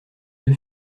deux